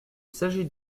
s’agit